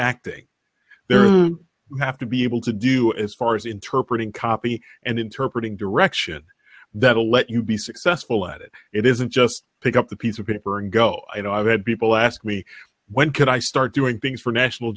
acting there have to be able to do as far as interpret and copy and interpret and direction that will let you be successful at it it isn't just pick up the piece of paper and go you know i've had people ask me when can i start doing things for national